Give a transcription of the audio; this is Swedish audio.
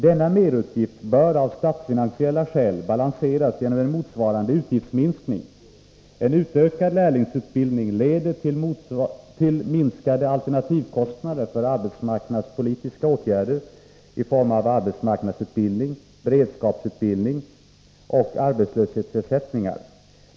Denna merutgift bör av statsfinansiella skäl balanseras genom en motsvarande utgiftsminskning. En utökad lärlingsutbildning leder till minskade alternativkostnader för arbetsmarknadspolitiska åtgärder i form av arbetsmarknadsutbildning, beredskapsutbildning och arbetslöshetsersättningar.